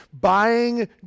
buying